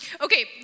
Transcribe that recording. Okay